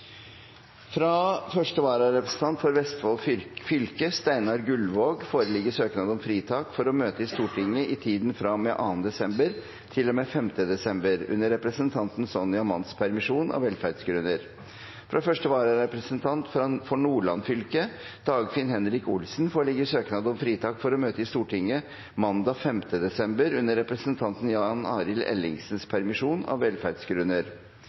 Fra første vararepresentant for Vestfold fylke, Steinar Gullvåg , foreligger søknad om fritak for å møte i Stortinget i tiden fra og med 2. desember til og med 5. desember, under representanten Sonja Mandts permisjon, av velferdsgrunner. Fra første vararepresentant for Nordland fylke, Dagfinn Henrik Olsen , foreligger søknad om fritak for å møte i Stortinget mandag 5. desember, under representanten Jan Arild Ellingsens permisjon, av velferdsgrunner.